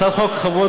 הצעת חוק החברות